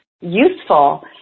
useful